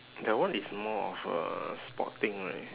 that one is more of a sporting right